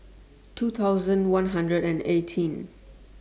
two thousand one hundred and eighteen